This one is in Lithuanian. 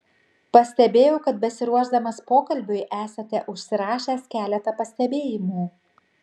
pastebėjau kad besiruošdamas pokalbiui esate užsirašęs keletą pastebėjimų